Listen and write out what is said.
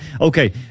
Okay